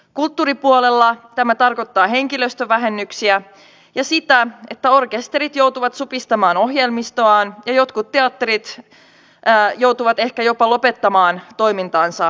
kulttuuripuolella tämä tarkoittaa henkilöstövähennyksiä ja sitä että orkesterit joutuvat supistamaan ohjelmistoaan ja jotkut teatterit joutuvat ehkä jopa lopettamaan toimintansa kokonaan